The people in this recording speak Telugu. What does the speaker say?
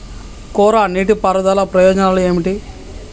కోరా నీటి పారుదల ప్రయోజనాలు ఏమిటి?